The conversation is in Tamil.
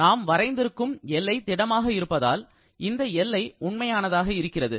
நாம் வரைந்திருக்கும் எல்லை திடமாக இருப்பதால் இந்த எல்லை உண்மையானதாக இருக்கிறது